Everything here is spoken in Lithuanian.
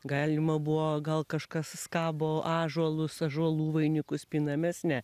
galima buvo gal kažkas skabo ąžuolus ąžuolų vainikus pina mes ne